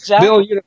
Bill